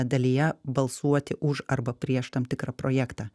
dalyje balsuoti už arba prieš tam tikrą projektą